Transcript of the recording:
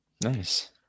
Nice